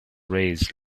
raised